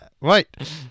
Right